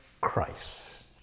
Christ